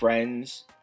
Friends